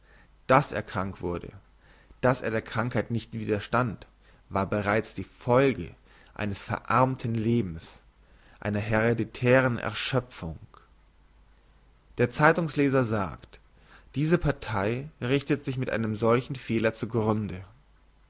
dass er krank wurde dass er der krankheit nicht widerstand war bereits die folge eines verarmten lebens einer hereditären erschöpfung der zeitungsleser sagt diese partei richtet sich mit einem solchen fehler zu grunde